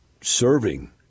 serving